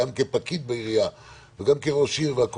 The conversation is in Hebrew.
אם זה כפקיד בעירייה ואם כראש עיר,